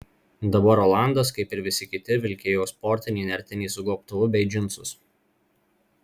dabar rolandas kaip ir visi kiti vilkėjo sportinį nertinį su gobtuvu bei džinsus